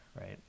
right